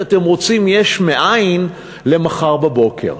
שאתם רוצים יש מאין למחר בבוקר.